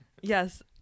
Yes